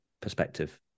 perspective